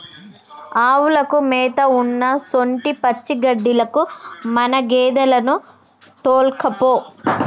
ఆవులకు మేత ఉన్నసొంటి పచ్చిగడ్డిలకు మన గేదెలను తోల్కపో